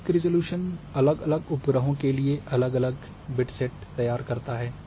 सामयिक रिज़ॉल्यूशन अलग अलग उपग्रहों के लिए अलग अलग बिट सेट तैयार करता है